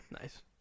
Nice